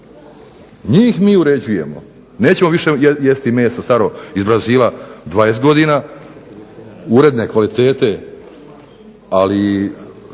Njih mi uređujemo, nećemo više jesti meso staro iz Brazila 20 godina, uredne kvalitete,